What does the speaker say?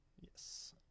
Yes